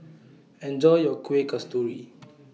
Enjoy your Kuih Kasturi